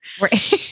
Right